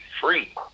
free